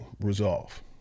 resolve